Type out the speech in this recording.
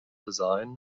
design